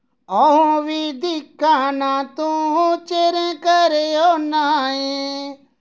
अऊं बी दिक्खा ना तूं चिरें घरे औना ऐ